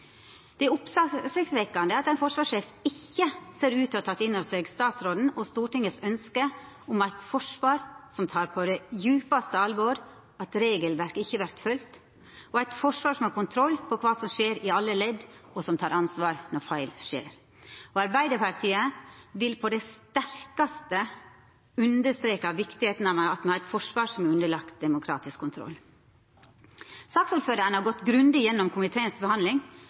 side. Det er oppsiktsvekkjande at ein forsvarssjef ikkje ser ut til å ha teke inn over seg statsråden og Stortinget sitt ønske om eit forsvar som tek på det djupaste alvor at regelverk ikkje vert følgde, og eit forsvar som har kontroll på kva som skjer i alle ledd, og som tek ansvar når feil skjer. Arbeidarpartiet vil på det sterkaste understreka kor viktig det er at me har eit forsvar som er underlagt demokratisk kontroll. Saksordføraren har gått grundig